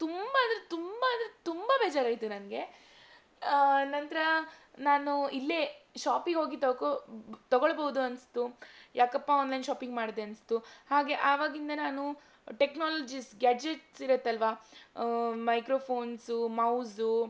ತುಂಬ ಅಂದರೆ ತುಂಬ ಅಂದರೆ ತುಂಬ ಬೇಜರಾಯಿತು ನನಗೆ ನಂತರ ನಾನು ಇಲ್ಲೇ ಶಾಪಿಗೋಗಿ ತಗೊ ತಗೊಳ್ಬೋದು ಅನಿಸ್ತು ಯಾಕಪ್ಪ ಆನ್ಲೈನ್ ಶಾಪಿಂಗ್ ಮಾಡಿದೆ ಅನಿಸ್ತು ಹಾಗೆ ಆವಾಗಿಂದ ನಾನು ಟೆಕ್ನಾಲಜೀಸ್ ಗ್ಯಾಜೆಟ್ಸ್ ಇರುತ್ತಲ್ವಾ ಮೈಕ್ರೋಫೋನ್ಸು ಮೌಝು